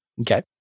Okay